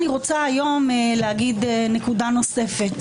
אני רוצה להגיד היום נקודה נוספת.